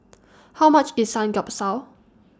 How much IS Samgeyopsal